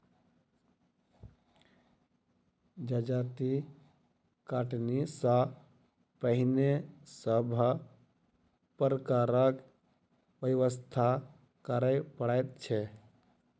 जजाति कटनी सॅ पहिने सभ प्रकारक व्यवस्था करय पड़ैत छै